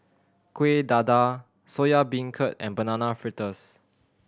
Kueh Dadar Soya Beancurd and Banana Fritters